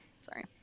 Sorry